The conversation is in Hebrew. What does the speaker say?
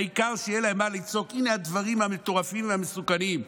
העיקר שיהיה להם מה לצעוק: הינה הדברים המטורפים והמסוכנים,